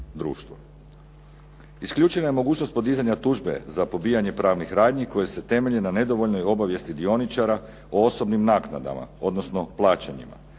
Isključena je mogućnost podizanja tužbe za pobijanje pravnih radnji koje se temelje na nedovoljnoj obavijesti dioničara o osobnim naknadama, odnosno plaćanjima,